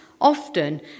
often